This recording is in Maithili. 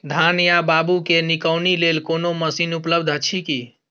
धान या बाबू के निकौनी लेल कोनो मसीन उपलब्ध अछि की?